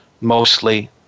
mostly